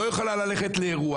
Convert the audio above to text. לא יכולה ללכת לאירוע.